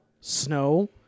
snow